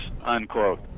unquote